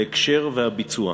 ההקשר והביצוע.